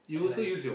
and like